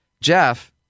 Jeff